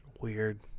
Weird